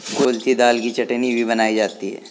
कुल्थी दाल की चटनी भी बनाई जाती है